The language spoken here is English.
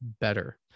better